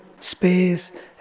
Space